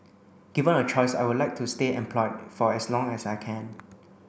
given a choice I would like to stay employed for as long as I can